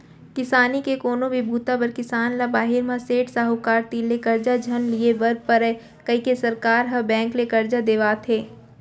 किसानी के कोनो भी बूता बर किसान ल बाहिर म सेठ, साहूकार तीर ले करजा झन लिये बर परय कइके सरकार ह बेंक ले करजा देवात हे